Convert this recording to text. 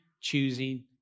choosing